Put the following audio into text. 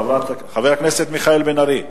חבר הכנסת מיכאל בן-ארי?